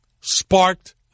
sparked